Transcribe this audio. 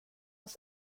oss